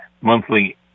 monthly